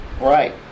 right